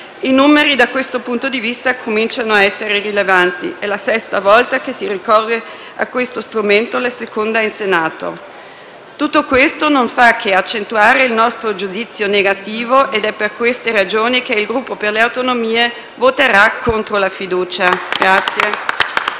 I numeri, da questo punto di vista, cominciano a essere rilevanti: è la sesta volta che si ricorre a questo strumento, la seconda in Senato. Tutto questo non fa che accentuare il nostro giudizio negativo ed è per queste ragioni che il Gruppo Per le Autonomie voterà contro la fiducia.